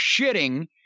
shitting